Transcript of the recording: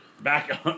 back